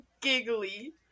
giggly